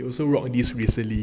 also rock this recently